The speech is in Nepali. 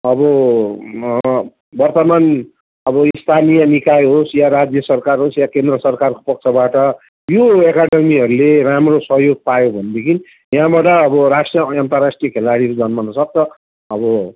अब वर्तमान अब स्थानीय निकाय होस् या राज्य सरकार होस् या केन्द्र सरकारको पक्षबाट यो एकाडमीहरूले राम्रो सहयोग पायो भनेदेखि यहाँबाट अब राष्ट्रिय अनि अन्तरराष्ट्रिय खेलाडीहरू जन्मनसक्छ अब